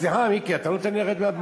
סליחה, מיקי, אתה לא נותן לי לרדת מהבמה.